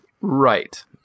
Right